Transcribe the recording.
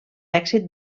èxit